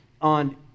on